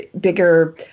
bigger